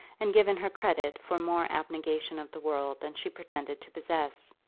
and given her credit for more abnegation of the world than she pretended to possess,